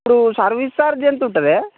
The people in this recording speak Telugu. ఇప్పుడు సర్వీస్ చార్జ్ ఎంత ఉంటుందే